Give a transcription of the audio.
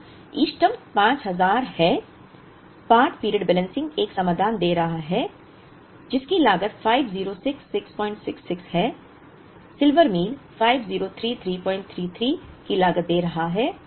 तो इष्टतम 5000 है पार्ट पीरियड बैलेंसिंग एक समाधान दे रहा है जिसकी लागत 506666 है सिल्वर मील 503333 की लागत दे रहा है